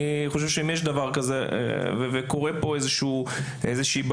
אני חושב שאם נוצרת פה איזושהי בעיה